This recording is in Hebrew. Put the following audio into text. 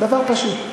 דבר פשוט: